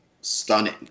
stunning